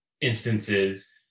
instances